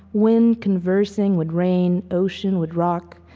wind conversing with rain, ocean with rock,